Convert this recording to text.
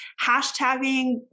hashtagging